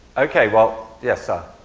okay, well, yes sir.